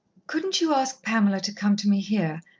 couldn't you ask pamela to come to me here,